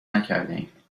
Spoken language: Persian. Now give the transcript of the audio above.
نکردهایم